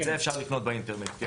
את זה אפשר לקנות באינטרנט, כן.